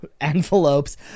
envelopes